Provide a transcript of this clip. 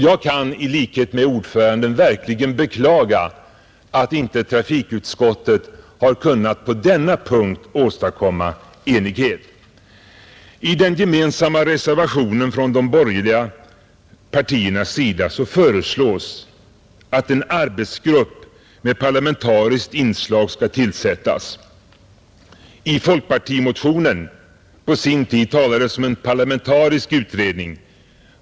Jag kan i likhet med ordföranden verkligen beklaga att inte trafikutskottet på denna punkt kunnat åstadkomma enighet. I den gemensamma reservationen från de borgerliga representanterna i utskottet föreslås att en arbetsgrupp med parlamentariskt inslag skall tillsättas, I folkpartimotionen talades om en parlamentarisk utredning.